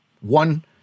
One